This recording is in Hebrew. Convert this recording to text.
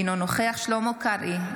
אינו נוכח שלמה קרעי,